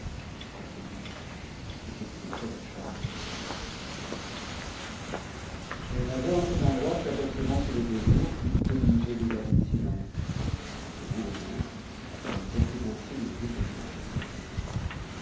a ces mots le capitaine s'attacha à me regarder scheherazade en cet endroit s'apercevant qu'il était jour fut obligée e h'dpr le sitence le lendemain elle reprit ainsi le fil de sa narrati